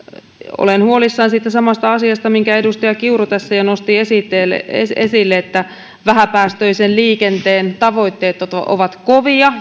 olen huolissani siitä samasta asiasta minkä edustaja kiuru tässä jo nosti esille että kun vähäpäästöisen liikenteen tavoitteet ovat kovia